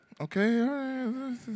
Okay